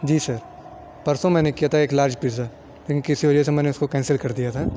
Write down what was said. جی sir پرسوں میں نے کیا تھا ایک لارج پزا لیکن کسی وجہ سے میں نے اس کو کینسل کر دیا تھا